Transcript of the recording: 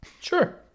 Sure